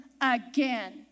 again